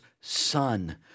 Son